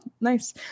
nice